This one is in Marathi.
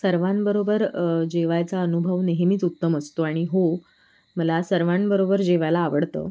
सर्वांबरोबर जेवायचा अनुभव नेहमीच उत्तम असतो आणि हो मला सर्वांबरोबर जेवायला आवडतं